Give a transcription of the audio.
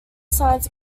signs